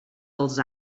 pels